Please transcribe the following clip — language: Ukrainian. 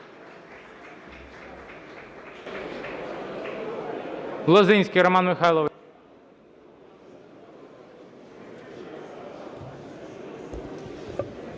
Лозинський Роман Михайлович.